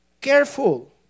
careful